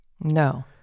No